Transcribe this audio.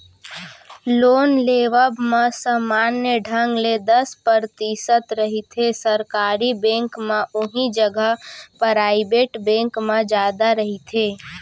loan लेवब म समान्य ढंग ले दस परतिसत रहिथे सरकारी बेंक म उहीं जघा पराइबेट बेंक म जादा रहिथे